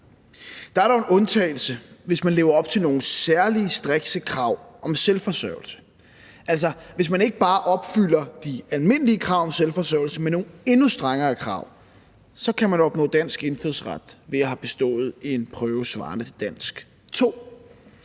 Der er dog en undtagelse, hvis man lever op til nogle særlige strikse krav om selvforsørgelse. Altså, hvis man opfylder ikke bare de almindelige krav om selvforsørgelse, men nogle endnu strengere krav, kan man opnå dansk indfødsret ved at have bestået en prøve svarende til dansk 2.